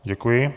Děkuji.